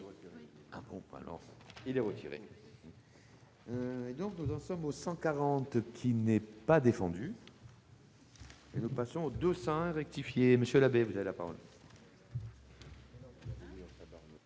79 est retiré.